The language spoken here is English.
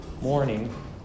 morning